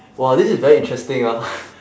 !wah! this is very interesting ah